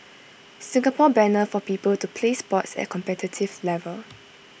Singapore banner for people to play sports at competitive level